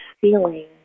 feeling